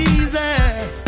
easy